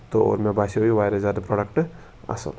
تہٕ مےٚ باسیو یہِ واریاہ زیادٕ پرٛوڈَکٹ اَصٕل